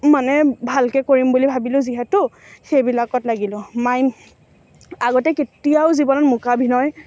মানে ভালকৈ কৰিম বুলি ভাবিলোঁ যিহেতু সেইবিলাকত লাগিলোঁ মাইম আগতে কেতিয়াও জীৱনত মোকাভিনয়